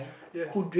yes